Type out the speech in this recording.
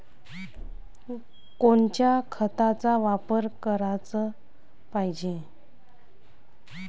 कोनच्या खताचा वापर कराच पायजे?